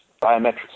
Biometrics